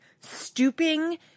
stooping